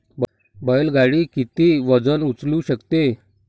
बैल गाडी किती वजन उचलू शकते?